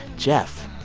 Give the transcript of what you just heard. jeff,